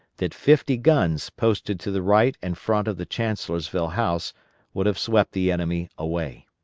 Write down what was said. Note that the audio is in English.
that fifty guns posted to the right and front of the chancellorsville house would have swept the enemy away.